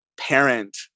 parent